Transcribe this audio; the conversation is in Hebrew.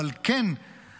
אבל כן לדעת